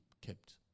kept